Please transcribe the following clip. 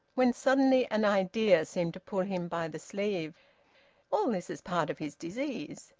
when suddenly an idea seemed to pull him by the sleeve all this is part of his disease.